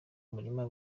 murima